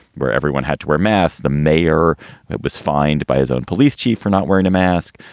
where everyone had to wear masks. the mayor was fined by his own police chief for not wearing a mask.